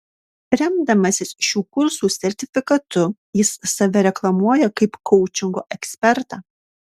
remdamasis šių kursų sertifikatu jis save reklamuoja kaip koučingo ekspertą